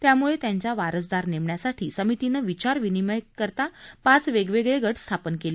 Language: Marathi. त्यामुळे त्यांचा वारसदार नेमण्यासाठी समितीनं विचारविनिमय करता पाच वेगवेगळे गट स्थापन केले